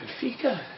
Benfica